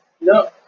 No